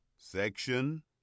Section